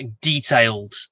detailed